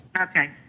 okay